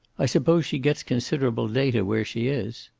i suppose she gets considerable data where she is?